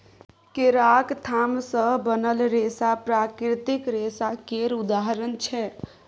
केराक थाम सँ बनल रेशा प्राकृतिक रेशा केर उदाहरण छै